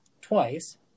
twice